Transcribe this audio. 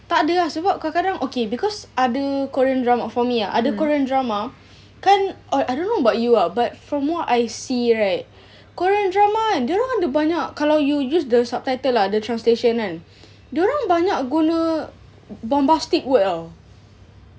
tak ada ah sebab kadang-kadang okay because ada korean drama for me ah ada korean drama kan I don't know about you ah but from what I see right korean drama kan dorang ada banyak kalau you use the subtitle ah translation kan dorang banyak guna bombastic word [tau]